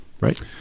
right